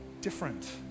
different